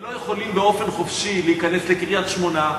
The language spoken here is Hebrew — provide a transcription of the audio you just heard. הם לא יכולים באופן חופשי להיכנס לקריית-שמונה,